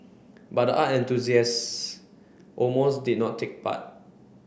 but the art enthusiast almost did not take part